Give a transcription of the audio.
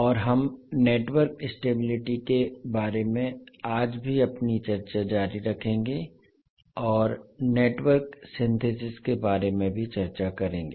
और हम network stability के बारे में आज भी अपनी चर्चा जारी रखेंगे और नेटवर्क सिंथेसिस के बारे में भी चर्चा करेंगे